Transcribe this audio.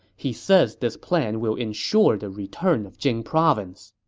he says this plan will ensure the return of jing province.